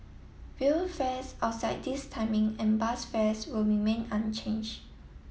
rail fares outside this timing and bus fares will remain unchanged